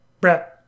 Brett